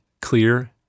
clear